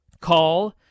call